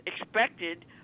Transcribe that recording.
expected